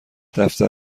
دفتر